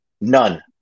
none